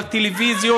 על טלוויזיות,